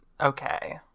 okay